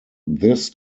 this